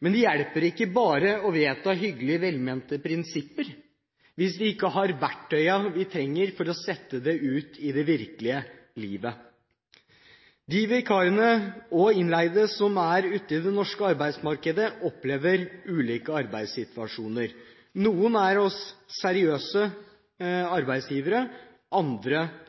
Men det hjelper ikke bare å vedta hyggelige, velmente prinsipper hvis vi ikke har verktøyet vi trenger for å sette dem ut i livet. De vikarene og innleide som er ute i det norske arbeidsmarkedet, opplever ulike arbeidssituasjoner. Noen er hos seriøse arbeidsgivere, andre